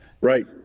right